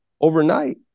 overnight